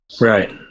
right